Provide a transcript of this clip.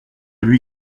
lui